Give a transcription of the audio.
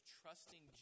trusting